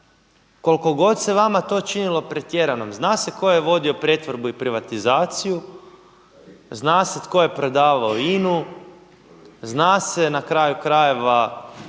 koliko god se vama to činilo pretjeranom, zna se tko je vodio pretvorbu i privatizaciju, zna se tko je prodavao INA-u, zna se na kraju krajeva